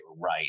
right